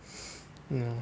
ah